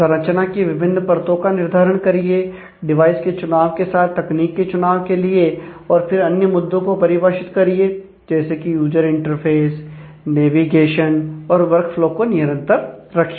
संरचना की विभिन्न परतों का निर्धारण करिए डिवाइस के चुनाव के साथ तकनीक के चुनाव के लिए और फिर अन्य मुद्दों को परिभाषित करिए जैसे कि यूजर इंटरफेस नेवीगेशन और वर्कफ्लो को निरंतर रखिए